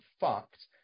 fucked